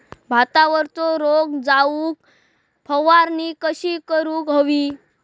भातावरचो रोग जाऊक फवारणी कशी करूक हवी?